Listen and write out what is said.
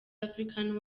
african